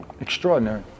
Extraordinary